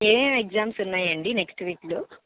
ఏ ఏ ఎగ్జామ్స్ ఉన్నాయండి నెక్స్ట్ వీక్లో